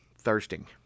thirsting